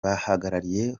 bahagarariye